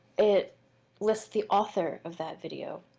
it losts the author of that video.